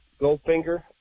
Goldfinger